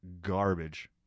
garbage